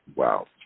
Wow